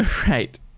right.